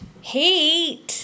Heat